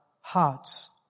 hearts